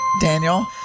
Daniel